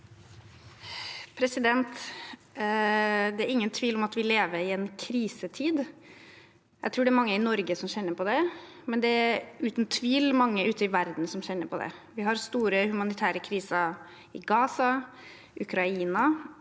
Det er ingen tvil om at vi lever i en krisetid. Jeg tror det er mange i Norge som kjenner på det, og det er uten tvil mange ute i verden som kjenner på det. Vi har store humanitære kriser i Gaza, Ukraina